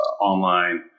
online